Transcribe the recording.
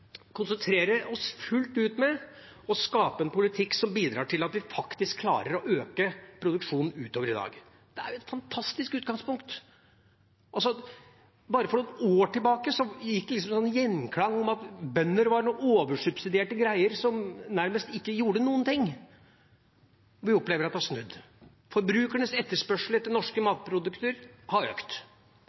konsentrere oss fullt ut om å skape en politikk som bidrar til at vi faktisk klarer å øke produksjonen utover dagens. Det er jo et fantastisk utgangspunkt. Bare for noen år siden gikk det en gjenklang om at bønder var noen oversubsidierte greier som nærmest ikke gjorde noen ting. Vi opplever at det har snudd. Forbrukernes etterspørsel etter norske matprodukter har økt.